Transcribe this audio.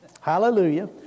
Hallelujah